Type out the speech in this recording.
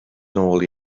nôl